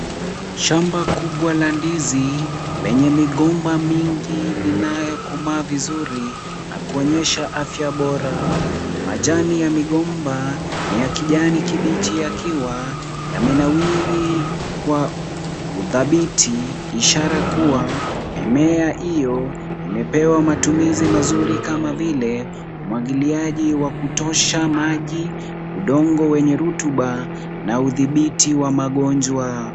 Shamba kubwa la ndizi lenye migomba mingi linayokomaa vizuri na kuonyesha afya bora. Majani ya migomba ni ya kijani kibichi yakiwa yamenawiri kwa udhabiti, ishara kuwa mimea hiyo imepewa matumizi mazuri kama vile umwagiliaji wa kutosha, maji, udongo wenye rutuba na udhibiti wa magonjwa.